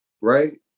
right